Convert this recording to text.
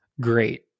great